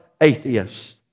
atheists